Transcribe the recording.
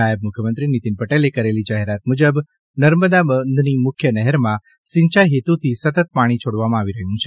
નાયબ મુખ્યમંત્રી નીતિન પટેલે કરેલી જાહેરાત મુજબ નર્મદા બંધની મુખ્ય નહેરમાં સિંચાઈ હેતુથ્રી સતત પાણી છોડવામાં આવી રહ્યું છે